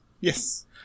Yes